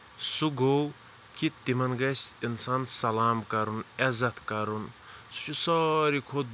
سُہ گوٚو کہِ تِمن گژھِ اِنسان سلام کَرُن عزت کَرُن سُہ چھُ ساروٕے کھۄتہٕ